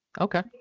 Okay